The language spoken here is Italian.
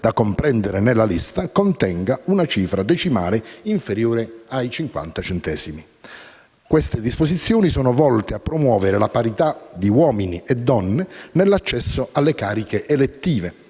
da comprendere nella lista contenga una cifra decimale inferiore a 50 centesimi». Queste disposizioni sono volte a promuovere la parità di uomini e donne nell'accesso alle cariche elettive,